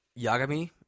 Yagami